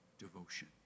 Devotion